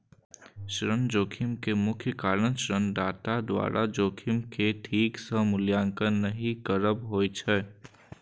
ऋण जोखिम के मुख्य कारण ऋणदाता द्वारा जोखिम के ठीक सं मूल्यांकन नहि करब होइ छै